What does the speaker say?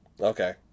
Okay